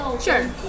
Sure